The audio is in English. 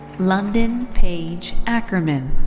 london paige ackermann.